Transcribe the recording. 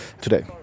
today